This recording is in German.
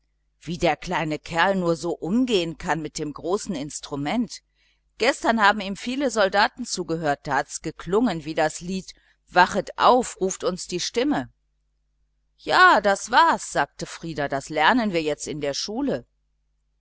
wie der kleine nur so umgehen kann mit dem großen instrument gestern haben ihm viele soldaten zugehört da hat's geklungen wie das lied wachet auf ruft uns die stimme ja das war's sagte frieder das lernen wir jetzt in der schule